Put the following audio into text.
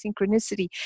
synchronicity